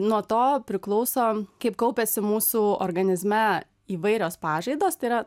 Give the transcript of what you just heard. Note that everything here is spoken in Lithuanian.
nuo to priklauso kaip kaupiasi mūsų organizme įvairios pažaidos tai yra